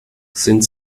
sind